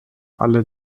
alle